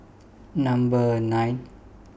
Number nine